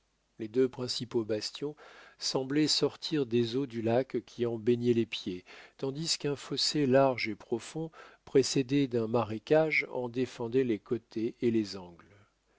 les deux principaux bastions semblaient sortir des eaux du lac qui en baignaient les pieds tandis qu'un fossé large et profond précédé d'un marécage en défendait les côtés et les angles